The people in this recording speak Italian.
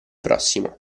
prossimo